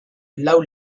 lau